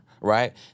Right